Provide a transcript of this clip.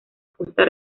justa